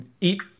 eat